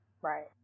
Right